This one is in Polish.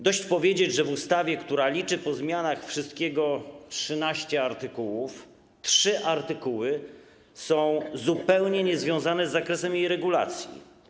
Dość powiedzieć, że w ustawie, która po zmianach liczy wszystkiego 13 artykułów, trzy artykuły są zupełnie niezwiązane z zakresem jej regulacji.